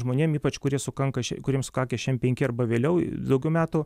žmonėm ypač kurie sukanka ši kuriems sukakę šem penki arba vėliau daugiau metų